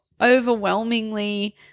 overwhelmingly